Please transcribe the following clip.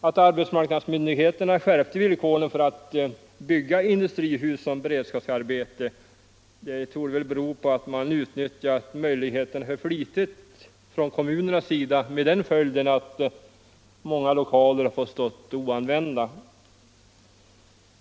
Att arbetsmarknadsmyndigheterna skärpte villkoren för att bygga industrihus som beredskapsarbete torde bero på att kommunerna hade utnyttjat möjligheten för flitigt, med den följden att många lokaler fått stå oanvända.